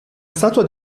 statua